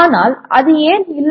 ஆனால் அது ஏன் இல்லை